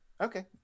Okay